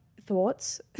thoughts